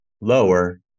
lower